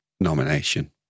nomination